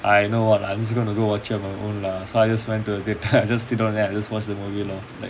ah you know what lah I'm just going to go watch it on my own lah so I just went to the theatre I sit down and watch the movie lor like